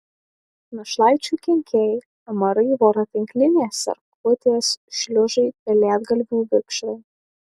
našlaičių kenkėjai amarai voratinklinės erkutės šliužai pelėdgalvių vikšrai